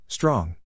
Strong